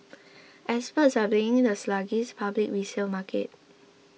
experts are blaming the sluggish public resale market